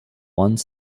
one